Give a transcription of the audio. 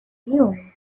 resume